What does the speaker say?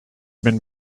been